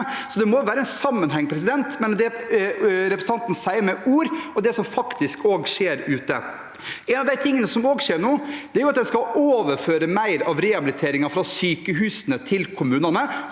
Det må være en sammenheng mellom det representanten sier med ord, og det som faktisk skjer der ute. En av de tingene som også skjer nå, er at en skal overføre mer av rehabiliteringen fra sykehusene til kommunene,